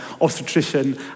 obstetrician